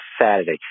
Saturday